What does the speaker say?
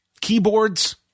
keyboards